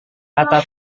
kata